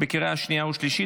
קריאה שנייה וקריאה שלישית.